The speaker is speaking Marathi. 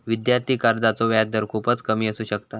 विद्यार्थी कर्जाचो व्याजदर खूपच कमी असू शकता